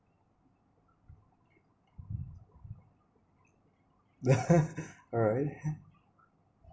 alright